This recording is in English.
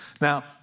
Now